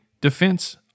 defense